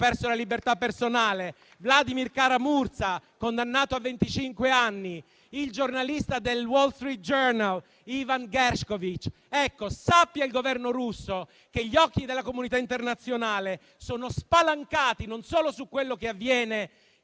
perso la libertà personale, come Vladimir Kara-Murza, condannato a venticinque anni, o il giornalista del "Wall Street Journal" Evan Gershkovich. Sappia il Governo russo che gli occhi della comunità internazionale sono spalancati, e non solo su quello che avviene in